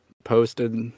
posted